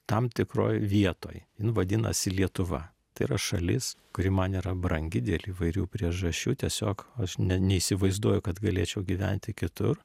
tam tikroj vietoj jin vadinasi lietuva tai yra šalis kuri man yra brangi dėl įvairių priežasčių tiesiog aš ne neįsivaizduoju kad galėčiau gyventi kitur